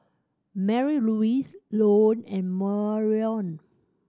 Marylouise Lone and Marion